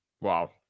Wow